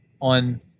on